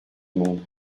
monde